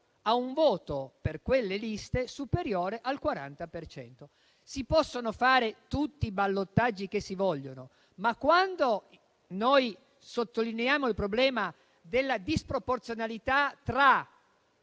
a un voto per quelle liste superiore al 40 per cento. Si possono fare tutti i ballottaggi che si vogliono, ma quando noi sottolineiamo il problema della disproporzionalità tra